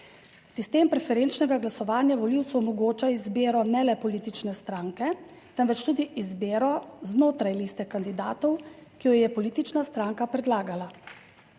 Sistem preferenčnega glasovanja volivcu omogoča izbiro ne le politične stranke temveč tudi izbiro znotraj liste kandidatov, ki jo je politična stranka predlagala.